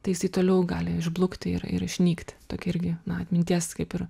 tai jisai toliau gali išblukti ir ir išnykti tokia irgi na atminties kaip ir